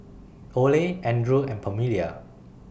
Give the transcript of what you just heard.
Oley Andrew and Pamelia